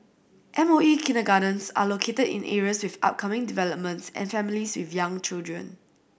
M O E kindergartens are located in areas with upcoming developments and families with young children